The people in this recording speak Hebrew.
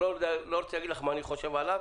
שלא רוצה להגיד לך מה אני חושב עליו,